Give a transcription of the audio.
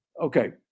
Okay